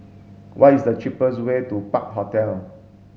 what is the cheapest way to Park Hotel